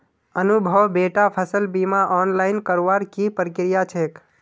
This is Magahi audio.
अनुभव बेटा फसल बीमा ऑनलाइन करवार की प्रक्रिया छेक